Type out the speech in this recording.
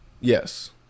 Yes